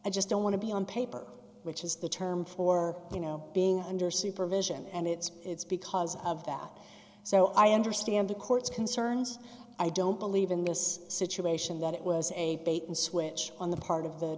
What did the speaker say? i just don't want to be on paper which is the term for you know being under supervision and it's it's because of that so i understand the court's concerns i don't believe in this situation that it was a bait and switch on the part of the